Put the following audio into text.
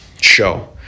show